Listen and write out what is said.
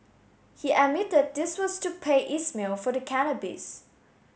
he admitted this was to pay Ismail for the cannabis